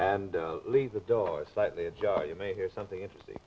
and leave the door slightly ajar you may hear something interesting